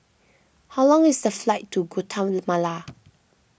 how long is the flight to Guatemala